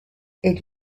elle